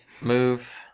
Move